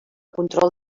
control